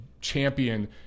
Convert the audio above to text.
champion